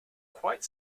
quite